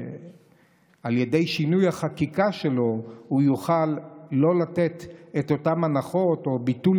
שעל ידי שינוי החקיקה שלו הוא יוכל לא לתת את אותן הנחות או את ביטול